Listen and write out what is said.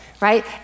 right